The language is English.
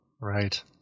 Right